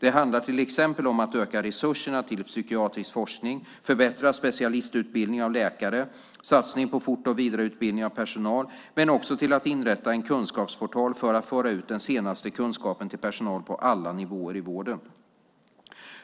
Det handlar till exempel om att öka resurserna till psykiatrisk forskning, förbättra specialistutbildningen av läkare och satsa på fort och vidareutbildning av personal, men också om att inrätta en kunskapsportal för att föra ut den senaste kunskapen till personal på alla nivåer i vården.